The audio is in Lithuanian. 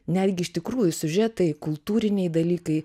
netgi iš tikrųjų siužetai kultūriniai dalykai